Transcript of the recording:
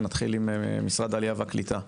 משרד העלייה והקליטה,